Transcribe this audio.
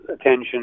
attention